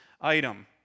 item